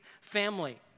family